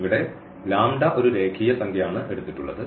ഇവിടെ ഒരു രേഖീയ സംഖ്യആണ് എടുത്തിട്ടുള്ളത്